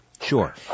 Sure